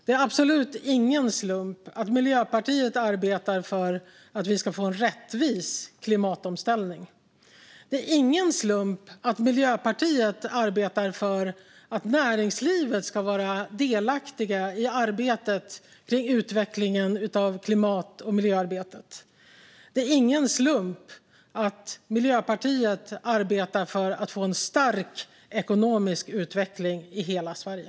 Det är absolut ingen slump att Miljöpartiet arbetar för att vi ska få en rättvis klimatomställning. Det är ingen slump att Miljöpartiet arbetar för att näringslivet ska vara delaktigt i arbetet med utvecklingen av klimat och miljöarbetet. Och det är ingen slump att Miljöpartiet arbetar för en stark ekonomisk utveckling i hela Sverige.